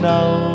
Now